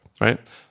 right